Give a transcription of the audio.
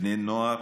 בני נוער,